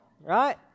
right